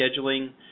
scheduling